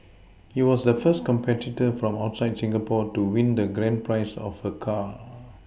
he was the first competitor from outside Singapore to win the grand prize of a car